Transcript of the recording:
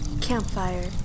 Campfire